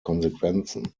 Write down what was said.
konsequenzen